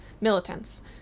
militants